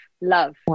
love